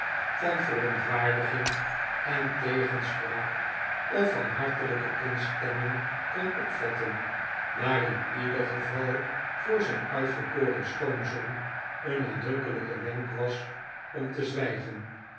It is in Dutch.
van verontwaardiging en tegenspraak of van hartelijke instemming kon opvatten maar in ieder geyal voor zijn uitverkoren schoonzoon een nadrukkelijke wenk was om te zwijgen